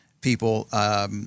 People